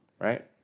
right